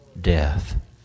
Death